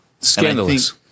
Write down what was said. scandalous